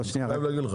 אני חייב להגיד לך.